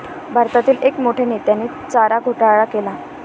भारतातील एक मोठ्या नेत्याने चारा घोटाळा केला